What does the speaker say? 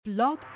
Blog